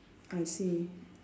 I see